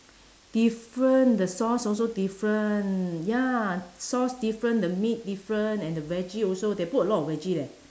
different the sauce also different ya sauce different the meat different and the veggie also they put a lot of veggie leh